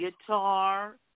guitar